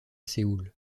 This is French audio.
séoul